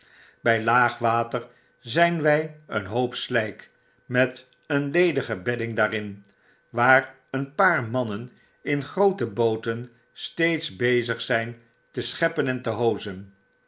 bij laag water zijn wij een hoop slijk met een ledige bedding daarin waar een paar mannen overdbukken in groote booten steeds bezig zp te scheppen en te hoozen